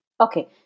Okay